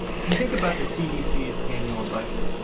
if you think about the cdc's annual budget,